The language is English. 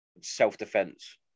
self-defense